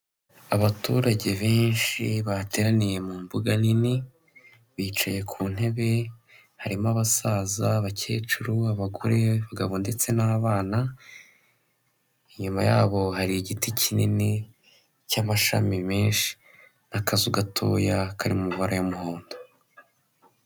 Abaturage benshi bateraniye mumbuga nini bicaye kuntebe harimo abasaza, abakecuru, abagore, abagabo, ndetse n'abana inyuma yabo hari igiti kinini cyamashami menshi nakazu gatoya kari mumabara yumuhondo.